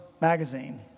magazine